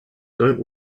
don’t